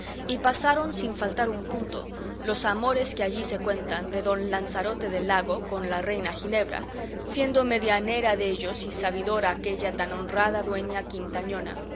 y pasaron sin faltar un punto los amores que allí se cuentan de don lanzarote del lago con la reina ginebra siendo medianera dellos y sabidora aquella tan honrada dueña quintañona